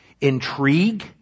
intrigue